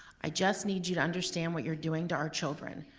i just need you to understand what you're doing to our children,